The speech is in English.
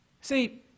See